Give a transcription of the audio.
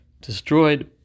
destroyed